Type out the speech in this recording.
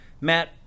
Matt